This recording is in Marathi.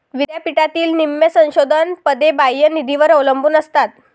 विद्यापीठातील निम्म्या संशोधन पदे बाह्य निधीवर अवलंबून असतात